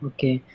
Okay